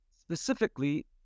specifically